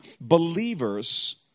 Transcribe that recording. believers